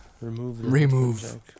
Remove